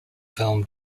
film